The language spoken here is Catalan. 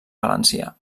valencià